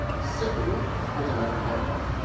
so here's our network waterfall.